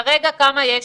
כרגע כמה יש?